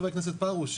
ח"כ פרוש?